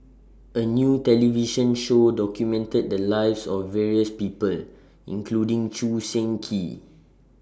A New television Show documented The Lives of various People including Choo Seng Quee